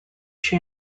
two